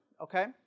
okay